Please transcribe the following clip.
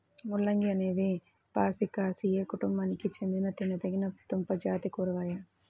ముల్లంగి అనేది బ్రాసికాసియే కుటుంబానికి చెందిన తినదగిన దుంపజాతి కూరగాయ